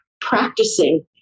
Practicing